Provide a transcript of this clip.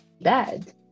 bad